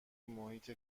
محیط